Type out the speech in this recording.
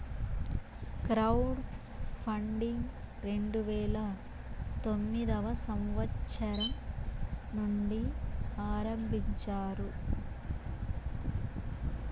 crowd funding రెండు వేల తొమ్మిదవ సంవచ్చరం నుండి ఆరంభించారు